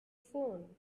phone